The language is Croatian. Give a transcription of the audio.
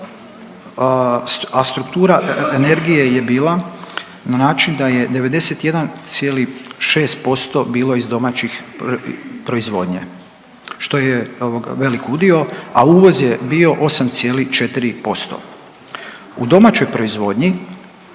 a struktura energije je bila na način da je 91,6% bilo iz domaćih proizvodnje, što je ovoga, velik udio, a uvoz je bio 8,4%. U domaćoj proizvodnji